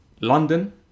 London